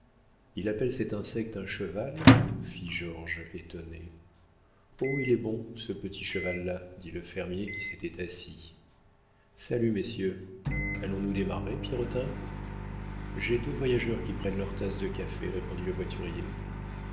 il appelle cet insecte un cheval fit georges étonné oh il est bon ce petit cheval là dit le fermier qui s'était assis salut messieurs allons-nous démarrer pierrotin j'ai deux voyageurs qui prennent leur tasse de café répondit le voiturier